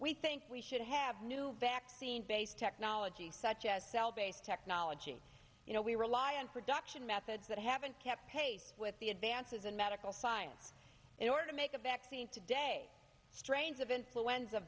we think we should have new vaccines based technologies such as cell based technology you know we rely on production methods that haven't kept pace with the advances in medical science in order to make a vaccine today strains of influenza